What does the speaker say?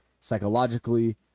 psychologically